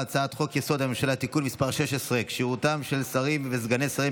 הצעת חוק-יסוד: הממשלה (תיקון מס' 16) (כשירותם של השרים וסגני השרים),